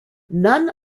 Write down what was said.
none